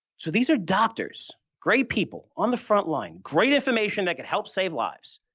so, these are doctors, great people on the frontline, great information that could help save lives,